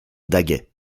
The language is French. daguet